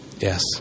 Yes